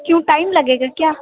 کیوں ٹائم لگے گا کیا